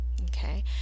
Okay